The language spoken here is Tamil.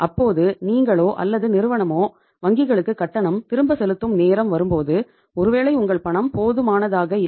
அப்போது நீங்களோ அல்லது நிறுவனமோ வங்கிகளுக்கு கட்டணம் திரும்ப செலுத்தும் நேரம் வரும்போது ஒருவேளை உங்கள் பணம் போதுமானதாக இல்லை